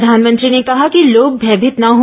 प्रधानमंत्री ने कहा कि लोग भयमीत न हो